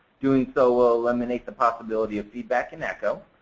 doing so will eliminate the possibility of feedback and echo.